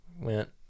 went